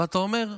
ואתה אומר: